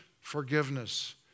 forgiveness